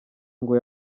ngo